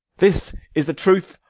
this is the truth,